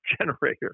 generator